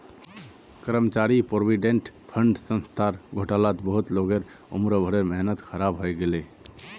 कर्मचारी provident fund संस्थार घोटालात बहुत लोगक उम्र भरेर मेहनत ख़राब हइ गेले